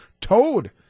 towed